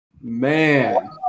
Man